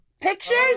Pictures